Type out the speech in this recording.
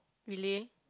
really